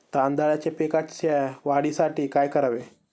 तांदळाच्या पिकाच्या वाढीसाठी काय करावे?